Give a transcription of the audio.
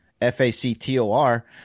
F-A-C-T-O-R